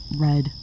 red